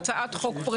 לנו יש הצעות שקושרות.